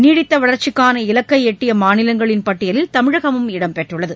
நீடித்தவளா்ச்சிக்கான இலக்கைஎட்டியமாநிலங்களின் பட்டியலில் தமிழகமும் இடம்பெற்றுள்ளது